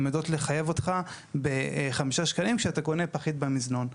הן יודעות לחייב אותך ב-5 שקלים כשאתה קונה פחית במזנון.